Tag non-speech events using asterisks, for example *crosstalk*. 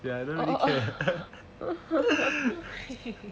ya I don't really care *laughs*